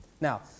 Now